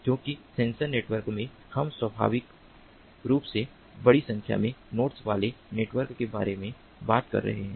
क्योंकि sensor network में हम स्वाभाविक रूप से बड़ी संख्या में नोड्स वाले नेटवर्क के बारे में बात कर रहे हैं